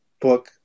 book